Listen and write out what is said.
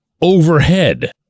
overhead